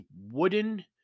wooden